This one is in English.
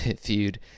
feud